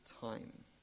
time